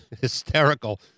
hysterical